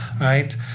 right